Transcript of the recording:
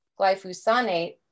glyphosate